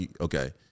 okay